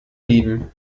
lieben